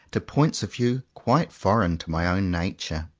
to points of view quite foreign to my own nature.